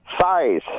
Size